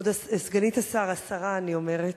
כבוד סגנית השר, השרה, אני אומרת,